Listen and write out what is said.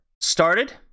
started